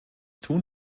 tun